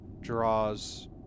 draws